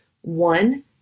One